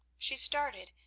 she started,